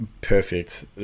perfect